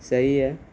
صحیح ہے